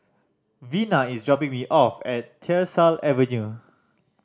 Vina is dropping me off at Tyersall Avenue